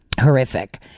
horrific